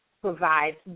provides